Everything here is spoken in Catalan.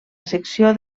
secció